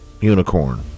unicorn